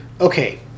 okay